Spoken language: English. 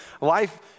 life